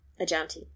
Ajanti